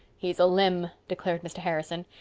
he's a limb, declared mr. harrison.